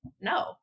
No